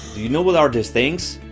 do you know what are these things?